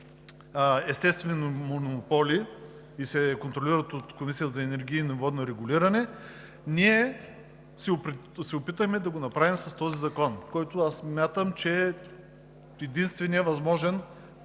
естествени монополи, които се контролират от Комисията за енергийно и водно регулиране. Ние се опитахме да го направим с този закон, който смятам, че е единственият възможен